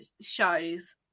shows